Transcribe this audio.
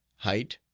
height,